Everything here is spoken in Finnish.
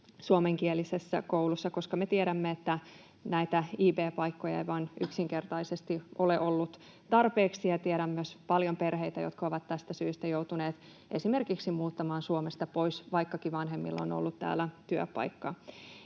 suomenkielisessä koulussa, koska me tiedämme, että näitä IB-paikkoja ei vain yksinkertaisesti ole ollut tarpeeksi, ja tiedän myös paljon perheitä, jotka ovat tästä syystä joutuneet esimerkiksi muuttamaan Suomesta pois, vaikka vanhemmilla on ollut täällä työpaikka.